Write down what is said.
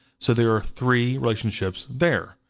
so there are three relationships there.